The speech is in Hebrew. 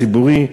ציבורי,